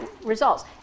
results